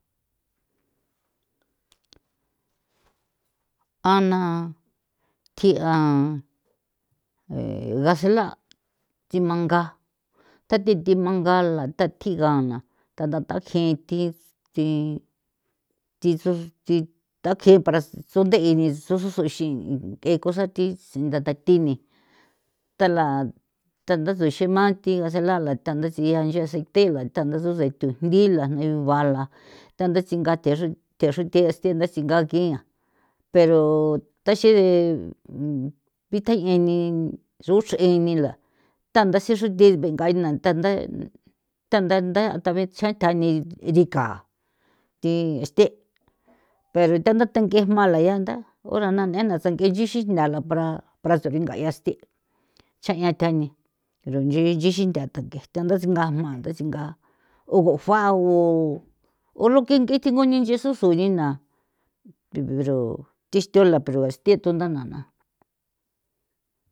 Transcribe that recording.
a na tjia e gasela thimanga tja thi thimangala tha tjigana tha ntha taji thi thi thisu thi takje para sunthe ni tususu xi ng'e cosa thi sintha tathine tala thanda thutsema thigase la la thanta thanda tsia inchi aceite la thanda suse tujndi la niu guala thanda tsinga the thexrute sina singa ngia pero thaxiree bitjañee ni xro uchre'e nila thanda xi xruthe benga'a na thanda ntha thabechjan thajni rikaa thi este pero tha nthatange jma la ya ntha u rana ne'e na sang'e nchixin nthala para saringa'ia sthi cha'ia thane ero nchixin tha thandaxingaa jma thasinga o juao o lo ke nge thji nguni nchesusu nina bi bero thi xthula pero este thi thundana na na.